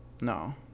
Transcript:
No